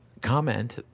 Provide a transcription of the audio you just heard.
comment